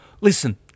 listen